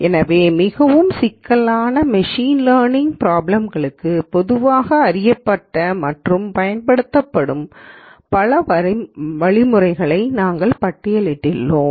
எனவே மிகவும் சிக்கலான மெஷின் லேர்னிங் ப்ராப்ளம் களுக்கு பொதுவாக அறியப்பட்ட மற்றும் பயன்படுத்தப்படும் பல வழிமுறைகளை நாங்கள் பட்டியலிட்டுள்ளோம்